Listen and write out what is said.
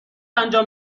انجام